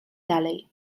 dalej